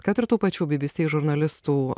kad ir tų pačių bbc žurnalistų